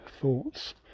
thoughts